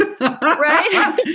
Right